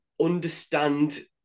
understand